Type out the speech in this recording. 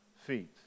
feet